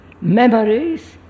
memories